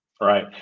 Right